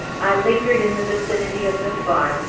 i lingered in the vicinity of the farm,